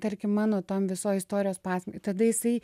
tarkim mano tam visoj istorijos pasak tada jisai